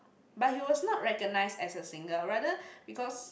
but he was not recognized as a singer rather because